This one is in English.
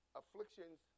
afflictions